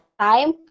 time